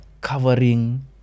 covering